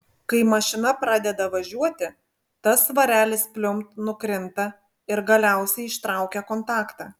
kai mašina pradeda važiuoti tas svarelis pliumpt nukrinta ir galiausiai ištraukia kontaktą